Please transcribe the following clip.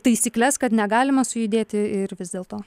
taisykles kad negalima sujudėti ir vis dėlto